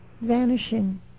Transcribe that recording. vanishing